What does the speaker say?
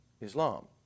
Islam